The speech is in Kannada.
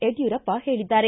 ಯಡ್ಕೂರಪ್ಪ ಹೇಳಿದ್ದಾರೆ